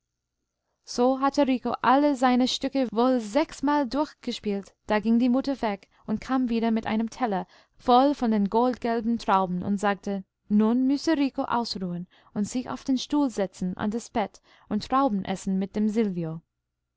so hatte rico alle seine stücke wohl sechsmal durchgespielt da ging die mutter weg und kam wieder mit einem teller voll von den goldgelben trauben und sagte nun müsse rico ausruhen und sich auf den stuhl setzen an das bett und trauben essen mit dem